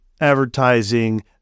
advertising